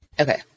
Okay